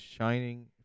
Shining